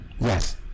Yes